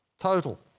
total